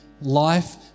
life